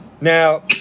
Now